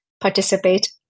participate